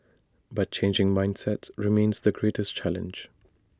but changing mindsets remains the greatest challenge